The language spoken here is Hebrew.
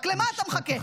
לסיים.